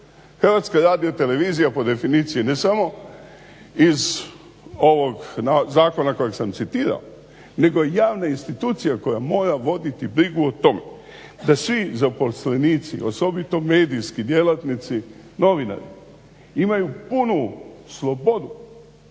najvažnije. HRT po definiciji ne samo iz ovog zakona kojeg sam citirao nego javne institucije koja mora voditi brigu o tom da svi zaposlenici, osobito medijski djelatnici, novinari, imaju punu slobodu